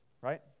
right